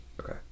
Okay